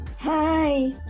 Hi